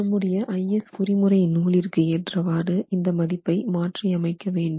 நம்முடைய IS குறிமுறை நூலிற்கு ஏற்றவாறு இந்த மதிப்பை மாற்றியமைக்க வேண்டும்